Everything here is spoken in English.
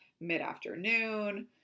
mid-afternoon